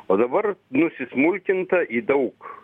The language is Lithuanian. o dabar nesismulkinta į daug